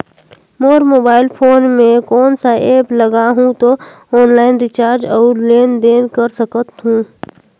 मोर mobile phone मे कोन सा एप्प लगा हूं तो ऑनलाइन रिचार्ज और लेन देन कर सकत हू?